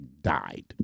died